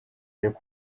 ariko